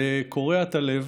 זה קורע את הלב